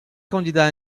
candidats